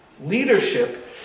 leadership